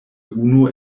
unu